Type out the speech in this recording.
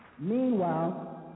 meanwhile